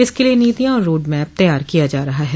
इसके लिये नीतियां और रोडमैप तैयार किया जा रहा है